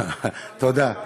תודה.